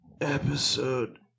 Episode